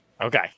Okay